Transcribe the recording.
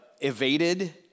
evaded